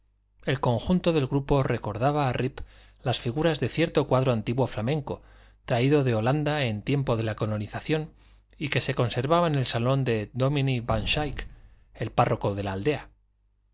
el conjunto del grupo recordaba a rip las figuras de cierto cuadro antiguo flamenco traído de holanda en tiempo de la colonización y que se conservaba en el salón de dominie van shaick el párroco de la aldea